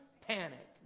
panic